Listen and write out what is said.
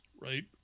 right